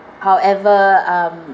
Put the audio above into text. however um